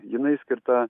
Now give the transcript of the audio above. jinai skirta